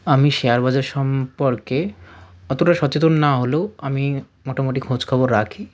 আমি শেয়ার বাজার সম্পর্কে অতটা সচেতন না হলেও আমি মোটামুটি খোঁজখবর রাখি